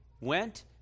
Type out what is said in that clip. went